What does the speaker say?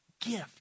gift